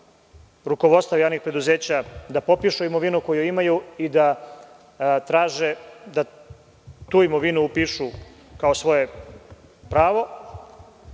rukovodstva javnih preduzeća popišu imovinu koju imaju i da traže da tu imovinu upišu kao svoje pravo.